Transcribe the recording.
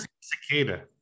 cicada